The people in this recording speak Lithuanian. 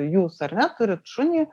jūs ar ne turit šunį